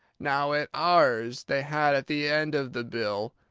now at ours they had at the end of the bill,